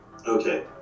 Okay